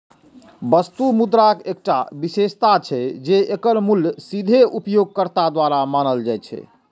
वस्तु मुद्राक एकटा विशेषता छै, जे एकर मूल्य सीधे उपयोगकर्ता द्वारा मानल जाइ छै